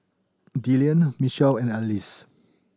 Dillan Mitchel and Alize